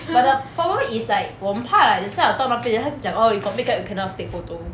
but the photo is like 我很怕等下到那边 then 他讲 orh you got makeup you cannot take photo